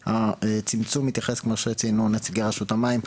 והצמצום מתייחס מה שציינו נציגי רשות המים,